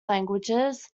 languages